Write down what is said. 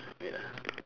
wait ah